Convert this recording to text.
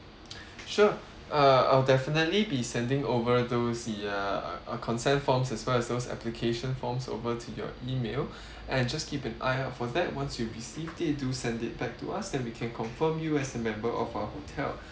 sure uh I'll definitely be sending over those the uh uh uh consent forms as well as those application forms over to your email and just keep an eye out for that once you received it do send it back to us then we can confirm you as a member of our hotel